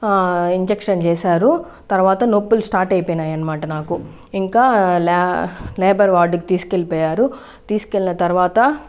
injection చేశారు తర్వాత నొప్పులు స్టార్ట్ అయిపోయినాయి అన్నమాట నాకు ఇంకా లే లేబర్ వార్డుకి తీసుకెళ్ళిపోయారు తీసుకెళ్ళిన తర్వాత